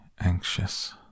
anxious